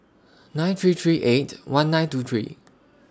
nine three three eight one nine two three